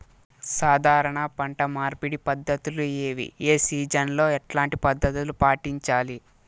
సాధారణ పంట మార్పిడి పద్ధతులు ఏవి? ఏ సీజన్ లో ఎట్లాంటి పద్ధతులు పాటించాలి?